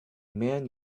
man